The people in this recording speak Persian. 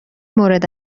مورد